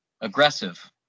aggressive